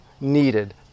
needed